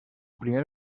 primer